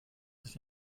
sich